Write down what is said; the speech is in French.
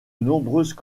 nombreuses